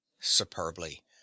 Superbly